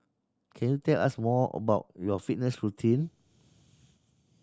can you tell us more about your fitness routine